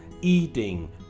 eating